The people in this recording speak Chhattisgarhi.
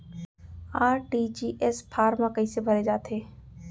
आर.टी.जी.एस फार्म कइसे भरे जाथे?